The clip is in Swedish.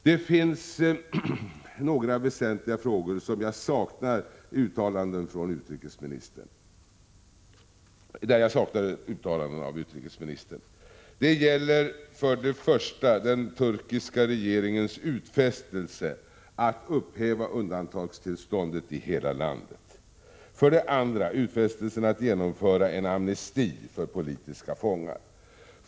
Det finns några väsentliga frågor där jag saknar uttalanden från utrikesministern. Det gäller för det första den turkiska regeringens utfästelse att upphäva undantagstillståndet i hela landet och för det andra utfästelsen att genomföra en amnesti för politiska fångar.